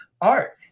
art